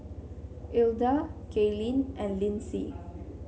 Ilda Gaylene and Lindsey